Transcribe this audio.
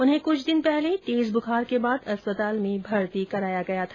उन्हें कुछ दिन पहले तेज बुखार के बाद अस्पताल में भर्ती कराया गया था